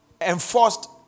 enforced